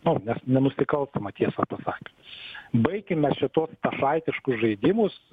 nu ne nenusikalstama tiesą pasakius baikime šituos achajtiškus žaidimus